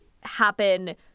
happen